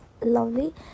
lovely